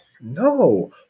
No